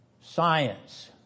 science